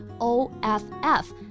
O-f-f